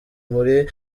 muri